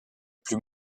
plus